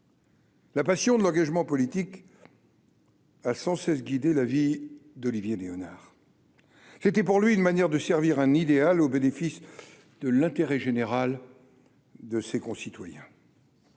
La passion de l'engagement politique. Sans cesse guider l'avis d'Olivier Léonard c'était pour lui une manière de servir un idéal au bénéfice de l'intérêt général de ses concitoyens.